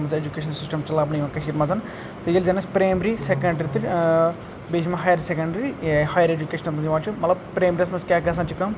education system چھِ لَبنہٕ یِوان کٔشیٖرِ منٛزَ تہٕ ییٚلہِ زَن أسۍ پرٛیمری سٮ۪کَنڈرٛی تہٕ بیٚیہِ چھِ یِم ہایر سٮ۪کَنڈرٛی ہایر اٮ۪جوکیشن یَتھ منٛز یِوان چھِ مطلب پرٛیمری یَس منٛز کیاہ گژھان چھِ کم